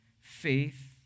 faith